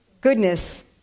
goodness